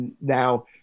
Now